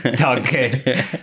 Okay